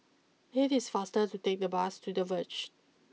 it is faster to take bus to the Verge